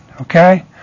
Okay